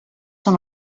són